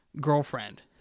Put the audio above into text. girlfriend